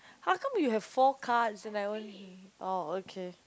how come you have four cards and I only oh okay